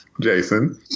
Jason